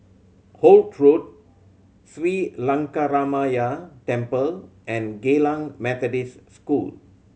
Holt Road Sri Lankaramaya Temple and Geylang Methodist School